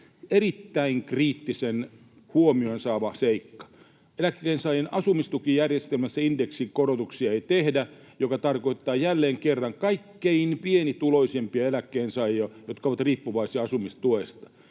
erittäin kriittisen huomion saava seikka. Eläkkeensaajien asumistukijärjestelmässä indeksikorotuksia ei tehdä, mikä tarkoittaa jälleen kerran kaikkein pienituloisimpia eläkkeensaajia, jotka ovat riippuvaisia asumistuesta.